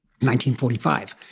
1945